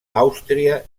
àustria